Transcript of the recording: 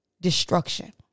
destruction